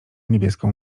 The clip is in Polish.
niebieską